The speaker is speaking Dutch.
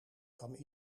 kwam